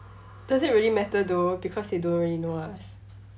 does it really matter though because they don't really know us